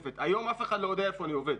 היום אף אחד לא יודע איפה אני עובד